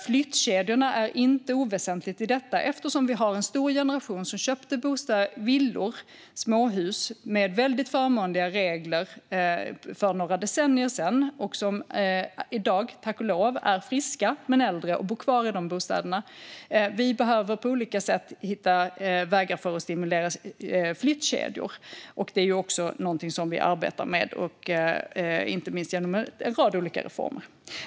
Flyttkedjorna är inte oväsentliga i detta, eftersom vi har en stor generation som köpte villor och småhus med väldigt förmånliga regler för några decennier sedan. De är i dag äldre, men tack och lov friska, och bor kvar i dessa bostäder. Vi behöver på olika sätt hitta vägar för att stimulera flyttkedjor, och det är också någonting som vi arbetar med, inte minst genom en rad olika reformer.